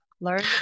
Learn